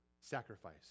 sacrifice